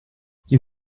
you